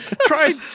Try